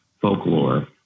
folklore